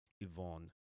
Yvonne